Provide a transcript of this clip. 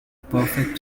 perfect